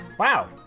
Wow